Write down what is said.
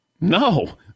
no